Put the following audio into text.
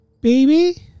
Baby